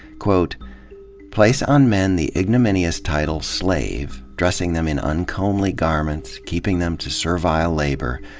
quote place on men the ignominious title slave, dressing them in uncomely garments, keeping them to servile labour,